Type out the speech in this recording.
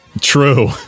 true